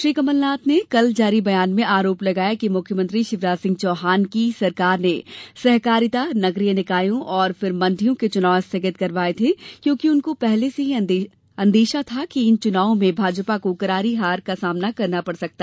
श्री कमलनाथ ने कल जारी बयान में आरोप लगाया कि मुख्यमंत्री शिवराज सिंह चौहान की सरकार ने सहकारिता नगरीय निकायों और फिर मंडियों के चुनाव स्थगित करवाये थे क्योंकि उनको पूर्व से ही अंदेशा था कि इन चुनावों में भाजपा को करारी हार का मुंह देखना पड़ेगा